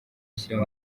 ashyira